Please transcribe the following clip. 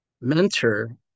mentor